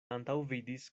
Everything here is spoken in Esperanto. antaŭvidis